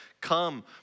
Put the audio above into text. come